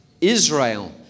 Israel